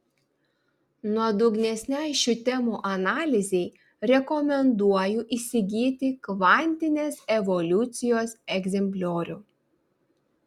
nuodugnesnei šių temų analizei rekomenduoju įsigyti kvantinės evoliucijos egzempliorių